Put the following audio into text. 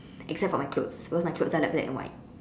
except for my clothes cause my clothes are like black and white